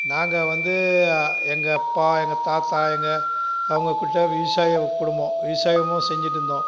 நாங்கள் வந்து எங்கள் அப்பா எங்கள் தாத்தா எங்கள் அவங்கக்கிட்ட விவசாய குடும்பம் விவசாயமும் செஞ்சுட்டு இருந்தோம்